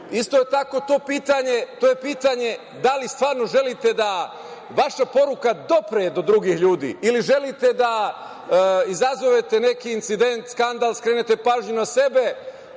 isto je tako pitanje da li stvarno želite da vaša poruka dopre do drugih ljudi ili želite da izazovete neki incident, skandal, skrenete pažnju na sebe,